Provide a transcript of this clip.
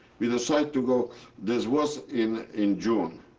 we decide to go this was in in june.